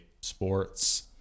sports